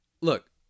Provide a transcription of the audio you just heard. Look